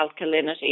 alkalinity